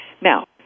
Now